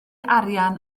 arian